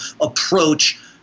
approach